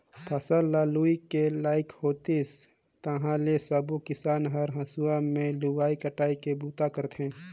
फसल ल लूए के लइक होतिस ताहाँले सबो किसान हर हंसुआ में लुवई कटई के बूता करथे